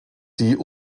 die